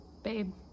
Babe